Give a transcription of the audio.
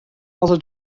also